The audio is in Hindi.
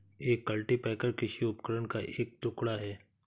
एक कल्टीपैकर कृषि उपकरण का एक टुकड़ा है